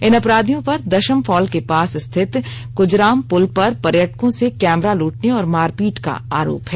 इन अपराधियों पर द ामफॉल के पास स्थित कुजराम पुल पर पर्यटकों से कैमरा लूटने और मारपीट का आरोप है